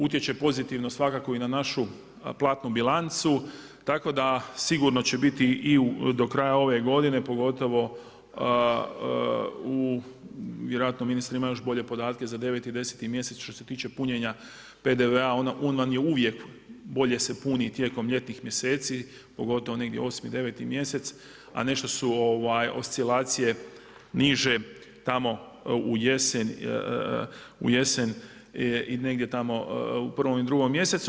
Utječe pozitivno svakako i na našu platnu bilancu, tako da sigurno će biti i do kraja ove godine pogotovo u, vjerojatno ministar ima još bolje podatke za 9 i 10 mjesec što se tiče punjenja PDV-a on vam je uvijek bolje se puni tijekom ljetnih mjeseci pogotovo negdje osmi, deveti mjesec, a nešto su oscilacije niže tamo u jesen i negdje tamo u prvom i drugom mjesecu.